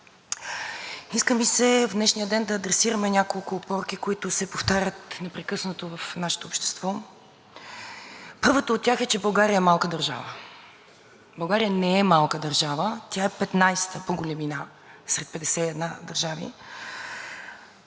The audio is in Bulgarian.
Първата от тях е, че България е малка държава. България не е малка държава – тя е 15-а по големина сред 51 държави. Тя е член не само на НАТО, но и на най-големия проспериращ и богат съюз – Европейския съюз.